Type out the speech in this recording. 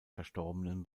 verstorbenen